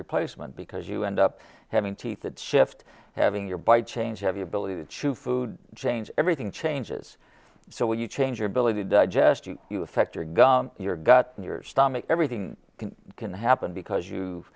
replacement because you end up having teeth that shift having your bite change have the ability to chew food change everything changes so when you change your ability digesting you affect your guy your got in your stomach everything can happen because you've